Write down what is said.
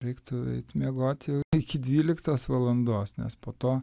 reiktų eit miegot jau iki dvyliktos valandos nes po to